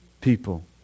people